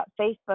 Facebook